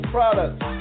Products